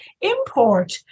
import